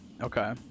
Okay